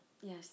Yes